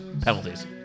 penalties